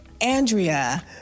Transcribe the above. Andrea